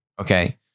okay